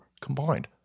combined